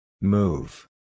Move